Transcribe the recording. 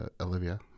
Olivia